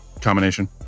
combination